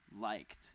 liked